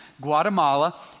Guatemala